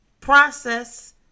process